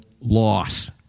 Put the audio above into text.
loss